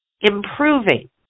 Improving